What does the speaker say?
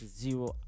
zero